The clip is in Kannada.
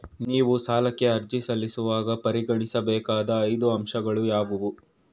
ನೀವು ಸಾಲಕ್ಕೆ ಅರ್ಜಿ ಸಲ್ಲಿಸುವಾಗ ಪರಿಗಣಿಸಬೇಕಾದ ಐದು ಅಂಶಗಳು ಯಾವುವು?